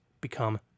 become